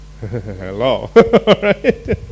hello